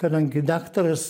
kadangi daktaras